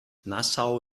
nassau